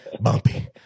Bumpy